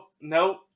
nope